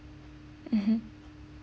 mmhmm